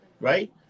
Right